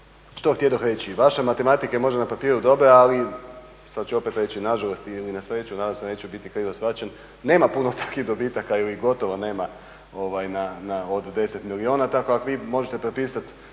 Što htjedoh reći? Vaša matematika je možda na papiru dobra, ali sad ću opet reći na žalost ili na sreću, nadam se da neću biti krivo shvaćen nema puno takvih dobitaka ili gotovo nema od 10 milijuna. Tako ako vi možete prepisati